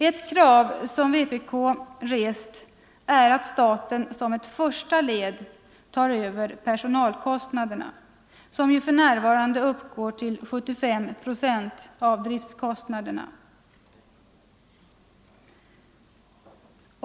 Ett krav som vpk rest är att staten som ett första led övertar pensonalkostnaderna, som för närvarande uppgår till 75 procent av driftkostnaderna.